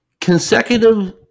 Consecutive